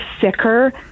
sicker